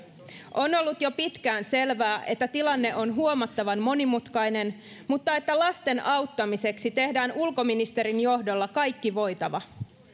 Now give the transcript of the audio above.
on ollut jo pitkään selvää että tilanne on huomattavan monimutkainen mutta että lasten auttamiseksi tehdään ulkoministerin johdolla kaikki voitava